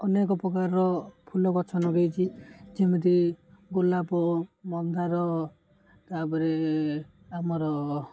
ଅନେକ ପ୍ରକାରର ଫୁଲ ଗଛ ଲଗାଇଛି ଯେମିତି ଗୋଲାପ ମନ୍ଦାର ତା'ପରେ ଆମର